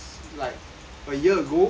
a year ago